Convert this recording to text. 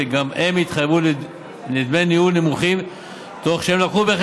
שכן הם התחייבו לדמי ניהול נמוכים תוך שהם הביאו